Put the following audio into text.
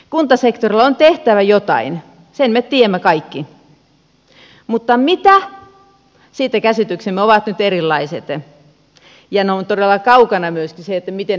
kuntasektorilla on tehtävä jotain sen me tiedämme kaikki mutta mitä siitä käsityksemme ovat nyt erilaiset ja ne ovat todella kaukana myöskin siinä miten nämä asiat hoidetaan